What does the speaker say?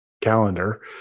calendar